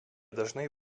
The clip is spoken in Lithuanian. dažnai